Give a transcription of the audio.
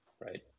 right